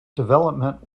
development